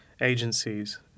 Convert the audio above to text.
agencies